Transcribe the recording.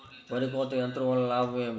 వరి కోత యంత్రం వలన లాభం ఏమిటి?